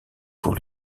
pour